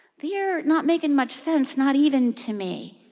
they are not making much sense, not even to me.